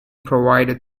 provided